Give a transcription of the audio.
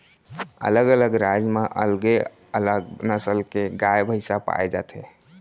अलग अलग राज म अलगे अलग नसल के गाय भईंस पाए जाथे